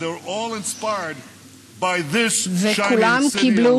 And they are all inspired by this shining city on a